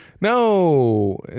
No